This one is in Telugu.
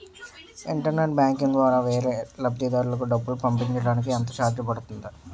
ఇంటర్నెట్ బ్యాంకింగ్ ద్వారా వేరే లబ్ధిదారులకు డబ్బులు పంపించటానికి ఎంత ఛార్జ్ పడుతుంది?